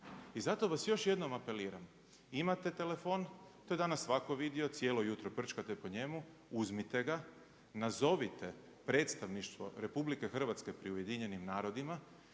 I zato vas još jednom apeliram imate telefon. To je danas svatko vidio, cijelo jutro prčkate po njemu, uzmite ga, nazovite predstavništvo RH pri UN-u i zatražite